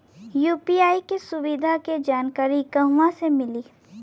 UPI के सुविधा के जानकारी कहवा से मिली?